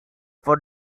for